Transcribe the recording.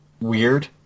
weird